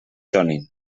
donin